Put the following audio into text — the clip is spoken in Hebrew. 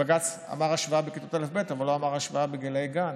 בג"ץ דיבר על השוואה בכיתות א'-ב' אבל לא על השוואה לגיל הגן,